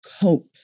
cope